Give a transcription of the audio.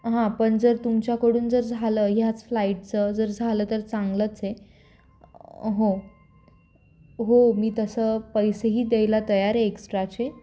हां पण जर तुमच्याकडून जर झालं ह्याच फ्लाईटचं जर झालं तर चांगलंच आहे हो हो मी तसं पैसेही द्यायला तयार आहे एक्स्ट्राचे